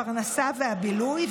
הפרנסה והבילוי.